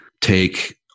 take